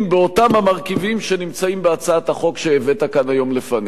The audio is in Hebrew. באותם המרכיבים שנמצאים בהצעת החוק שהבאת כאן היום לפנינו.